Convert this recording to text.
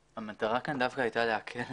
המטרה כאן דווקא הייתה להקל